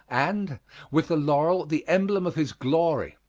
and with the laurel the emblem of his glory,